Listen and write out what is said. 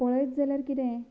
पळयत जाल्यार कितें